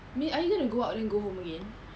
mean~ are you gonna go out then go home again